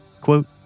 Quote